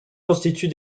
constituent